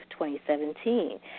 2017